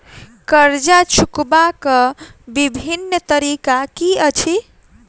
कर्जा चुकबाक बिभिन्न तरीका की अछि?